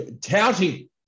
touting